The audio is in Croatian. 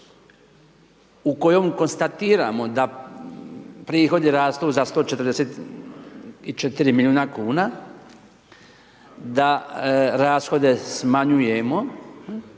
u kojoj konstatiramo da prihodi rastu za 144 milijuna kuna da rashode smanjujemo